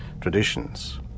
traditions